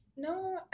No